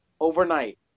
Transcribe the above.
Overnight